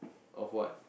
of what